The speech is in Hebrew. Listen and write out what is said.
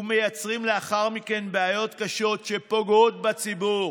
ומייצרים לאחר מכן בעיות קשות, שפוגעות בציבור,